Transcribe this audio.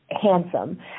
handsome